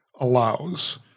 allows